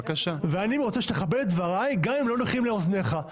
אני רוצה שתכבד את דבריי גם אם הם לא נוחים לאוזניך,